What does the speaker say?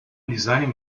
designing